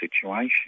situation